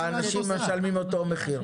האנשים משלמים אותו מחיר.